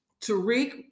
Tariq